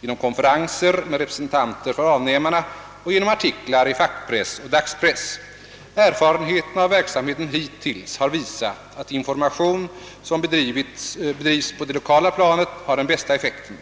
genom konferenser med representanter för avnämarna och genom artiklar i fackpress och dagspress. Erfarenheterna av verksamheten hittills har visat att information som bedrivs på det lokala planet har den bästa effekten.